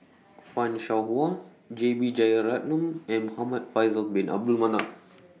fan Shao Hua J B Jeyaretnam and Muhamad Faisal Bin Abdul Manap